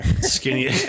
Skinny